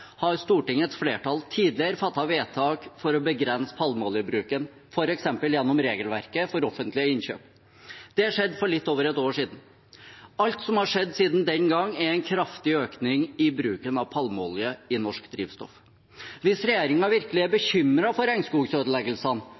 har Stortingets flertall tidligere fattet vedtak for å begrense palmeoljebruken, f.eks. gjennom regelverket for offentlige innkjøp. Det skjedde for litt over et år siden. Alt som har skjedd siden den gang, er en kraftig økning i bruken av palmeolje i norsk drivstoff. Hvis regjeringen virkelig er